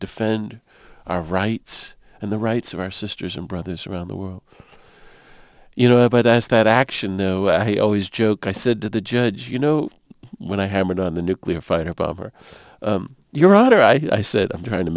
defend our rights and the rights of our sisters and brothers around the world you know but as that action though i always joke i said to the judge you know when i hammered on the nuclear fight or bob or your daughter i said i'm trying to